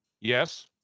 Yes